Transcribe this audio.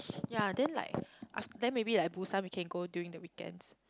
yea then like after then maybe like Busan we can go during the weekends